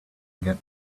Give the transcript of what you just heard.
get